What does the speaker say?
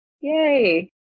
Yay